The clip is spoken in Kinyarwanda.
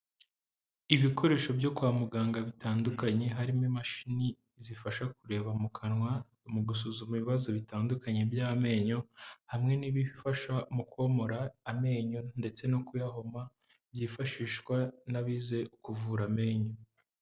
Ibikoresho byo kwa muganga bitandukanye, harimo imashini zifasha kureba mu kanwa mu gusuzuma ibibazo bitandukanye by'amenyo, hamwe n'ibifasha mu komora amenyo ndetse no kuyahoma, byifashishwa n'abize kuvura amenyo.